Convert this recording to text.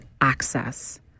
access